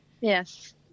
Yes